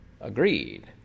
agreed